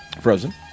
Frozen